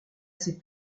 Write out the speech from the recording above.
s’est